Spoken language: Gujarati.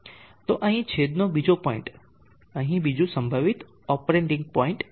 તો અહીં છેદનો બીજો પોઈન્ટ છે અહીં બીજું સંભવિત ઓપરેટિંગ પોઇન્ટ છે